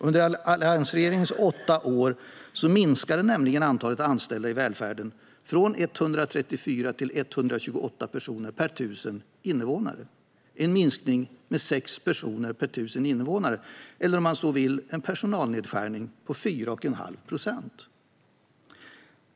Under alliansregeringens åtta år minskade nämligen antalet anställda i välfärden från 134 till 128 personer per 1 000 invånare - en minskning med 6 personer per 1 000 invånare eller, om man så vill, en personalnedskärning på 4,5 procent.